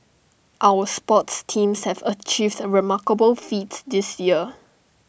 our sports teams have achieved remarkable feats this year